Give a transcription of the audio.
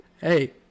Hey